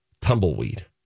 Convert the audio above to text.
tumbleweed